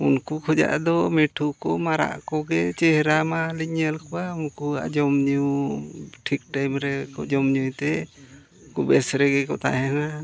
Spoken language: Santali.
ᱩᱱᱠᱩ ᱠᱷᱚᱭᱟᱜ ᱫᱚ ᱢᱤᱴᱷᱩ ᱠᱚ ᱢᱟᱨᱟᱜ ᱠᱚᱜᱮ ᱪᱮᱦᱨᱟ ᱢᱟᱹᱞᱤᱧ ᱧᱮᱞ ᱠᱚᱣᱟ ᱩᱱᱠᱩᱣᱟᱜ ᱡᱚᱢᱼᱧᱩ ᱴᱷᱤᱠ ᱴᱟᱭᱤᱢ ᱨᱮᱠᱚ ᱡᱚᱢᱼᱧᱩᱭ ᱛᱮ ᱩᱱᱠᱩ ᱵᱮᱥ ᱨᱮᱜᱮ ᱠᱚ ᱛᱟᱦᱮᱱᱟ